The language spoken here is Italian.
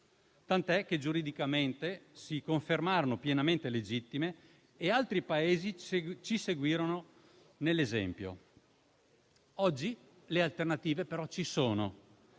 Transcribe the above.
tant'è che giuridicamente si confermarono pienamente legittime e altri Paesi ci seguirono nell'esempio. Oggi, però, le alternative ci sono.